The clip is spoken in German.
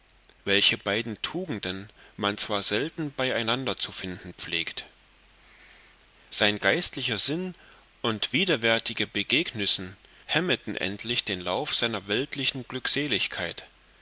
welche beide tugenden man zwar selten beieinander zu finden pflegt sein geistlicher sinn und widerwärtige begegnüssen hemmeten endlich den lauf seiner weltlichen glückseligkeit